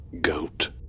goat